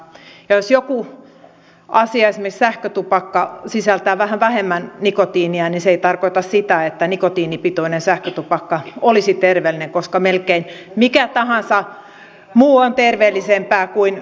jos joku asia esimerkiksi sähkötupakka sisältää vähän vähemmän nikotiinia niin se ei tarkoita sitä että nikotiinipitoinen sähkötupakka olisi terveellinen koska melkein mikä tahansa muu on terveellisempää kuin tupakka